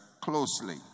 closely